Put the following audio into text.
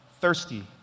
thirsty